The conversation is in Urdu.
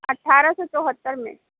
اٹھارہ سو چوہتر میں